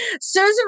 Susan